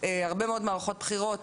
הרבה מאוד מערכות בחירות